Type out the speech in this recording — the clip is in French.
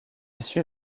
suit